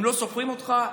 הם לא סופרים אותך,